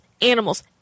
Animals